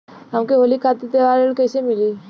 हमके होली खातिर त्योहारी ऋण कइसे मीली?